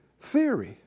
theory